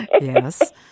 Yes